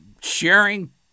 sharing